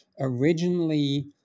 originally